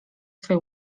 swej